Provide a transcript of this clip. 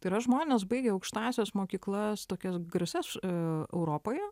tai yra žmonės baigę aukštąsias mokyklas tokias garsias europoje